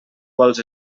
vols